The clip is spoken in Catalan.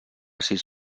sis